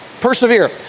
persevere